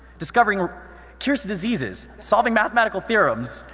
discovering cures to diseases, solving mathematical theorems,